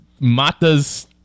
matas